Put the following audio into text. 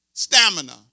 Stamina